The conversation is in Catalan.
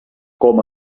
com